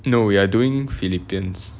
no we are doing philippians